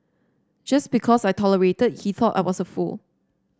just because I tolerated he thought I was a fool